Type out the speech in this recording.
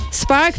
Spark